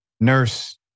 Nurse